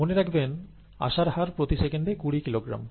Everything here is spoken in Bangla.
মনে রাখবেন আসার হার প্রতি সেকেন্ডে কুড়ি কিলোগ্রাম